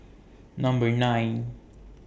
Number nine